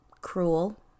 cruel